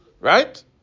right